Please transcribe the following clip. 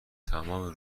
تمام